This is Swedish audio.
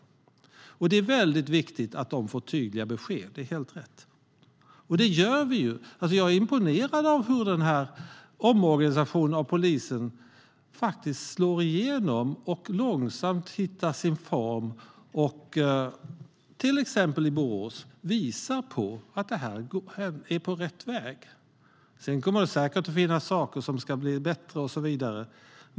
Det är viktigt att de får tydliga besked. Det är helt rätt. Och det gör vi. Jag är imponerad av hur omorganisationen av polisen slår igenom och långsamt hittar sin form. I till exempel Borås visar det sig att det här är på rätt väg. Det kommer säkert att finnas saker som kan bli bättre och så vidare.